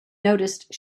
noticed